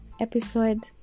episode